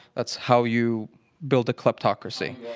that's how you build a kleptocracy.